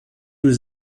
was